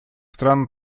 стран